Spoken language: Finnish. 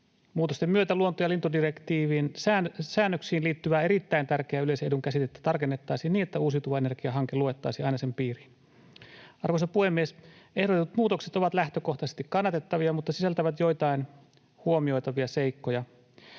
Muutosten myötä luonto- ja lintudirektiivien säännöksiin liittyvän erittäin tärkeän yleisen edun käsitettä tarkennettaisiin niin, että uusiutuvan energian hanke luettaisiin aina sen piiriin. Arvoisa puhemies! Ehdotetut muutokset ovat lähtökohtaisesti kannatettavia mutta sisältävät joitain huomioitavia seikkoja.